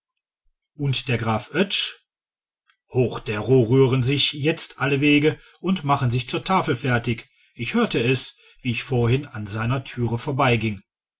und der graf oetsch hochdero rühren sich jetzt allewege und machen sich zur tafel fertig ich hörte es wie ich vorhin an seiner türe vorbeiging